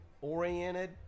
oriented